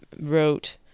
wrote